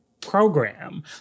program